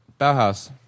Bauhaus